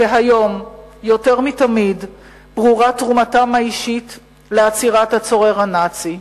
והיום יותר מתמיד ברורה תרומתם האישית לעצירת הצורר הנאצי.